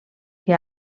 que